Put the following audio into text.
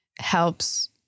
helps